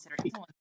consider